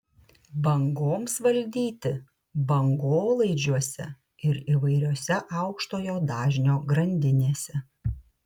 bangoms valdyti bangolaidžiuose ir įvairiose aukštojo dažnio grandinėse